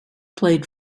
played